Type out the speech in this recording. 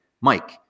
Mike